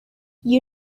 you